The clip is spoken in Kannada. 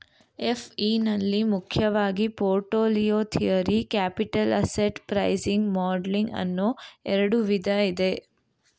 ಎಫ್.ಇ ನಲ್ಲಿ ಮುಖ್ಯವಾಗಿ portfolio theory, capital asset pricing modelling ಅನ್ನೋ ಎರಡು ವಿಧ ಇದೆ